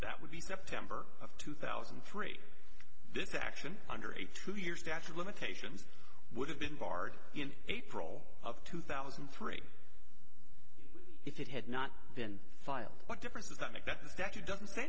that would be september of two thousand and three this action under a two years statute limitations would have been barred in april of two thousand and three if it had not been filed what difference does that make that the statute doesn't say